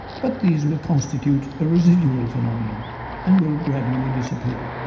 but these will constitute a residual phenomenon and will gradually disappear.